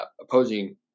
opposing